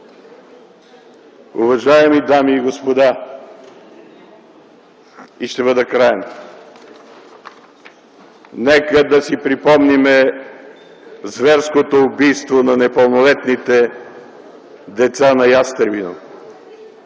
Уважаеми дами и господа, нека да си припомним зверското убийство на непълнолетните деца на Ястребино.